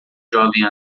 jovem